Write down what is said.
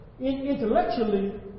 intellectually